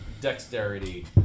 dexterity